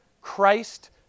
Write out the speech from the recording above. Christ